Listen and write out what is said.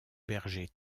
berger